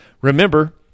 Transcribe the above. remember